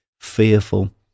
fearful